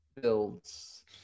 builds